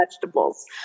vegetables